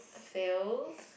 feels